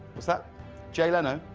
is that jay leno?